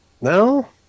No